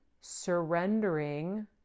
surrendering